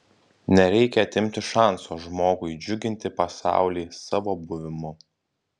nereikia atimti šanso žmogui džiuginti pasaulį savo buvimu